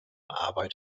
arbeit